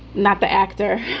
not the actor.